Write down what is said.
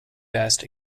best